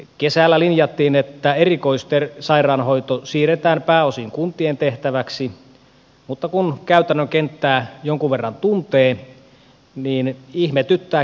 kesällä linjattiin että erikoissairaanhoito siirretään pääosin kuntien tehtäväksi mutta kun käytännön kenttää jonkun verran tuntee niin ihmetyttää kyllä se ratkaisu